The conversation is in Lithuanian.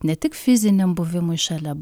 ne tik fiziniam buvimui šalia